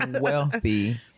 wealthy